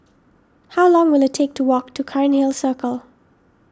how long will it take to walk to Cairnhill Circle